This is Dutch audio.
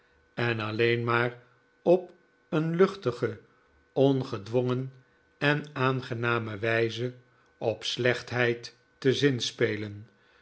en alleen maar op een luchtige ongedwongen en aangename wijze op slechtheid te zinspelen